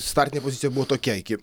startinė pozicija buvo tokia iki